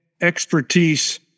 expertise